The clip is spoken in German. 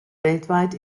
weltweit